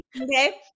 Okay